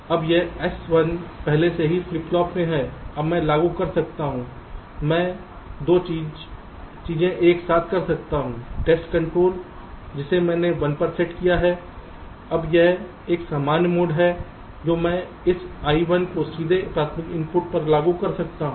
अब यह S1 पहले से ही फ्लिप फ्लॉप में है अब मैं लागू कर सकता हूं मैं 2 चीजें एक साथ कर सकता हूं टेस्ट कंट्रोल जिसे मैंने 1 पर सेट किया है अब यह एक सामान्य मोड है जो मैं इस I1 को सीधे प्राथमिक इनपुट पर लागू करता हूं